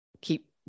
keep